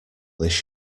this